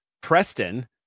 Preston